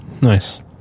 Nice